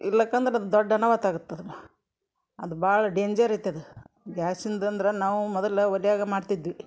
ಇಲ್ಲ ಅಂದ್ರೆ ಅದು ದೊಡ್ಡ ಅನಾಹುತ ಆಗುತ್ತದು ಅದು ಭಾಳ ಡೇಂಜರ್ ಐತೆದು ಗ್ಯಾಸಿಂದಂದ್ರೆ ನಾವು ಮೊದಲು ಒಲೆಯಾಗ ಮಾಡ್ತಿದ್ವಿ